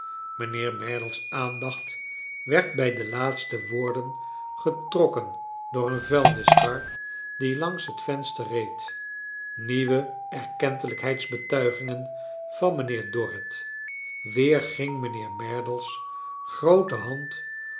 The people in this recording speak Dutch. mijnheer merdle's aandacht werd bij de laatste woorden getrokken door een vuilniskar die langs het venster reecl nieuwe erkentelijkheidsbetuigingen van mijnheer dorrit weer ging mijnheer merdle's groote hand